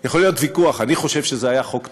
ויכול להיות ויכוח: אני חושב שזה היה חוק טוב,